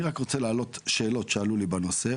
אני רק רוצה להעלות שאלות שעלו לי בנושא.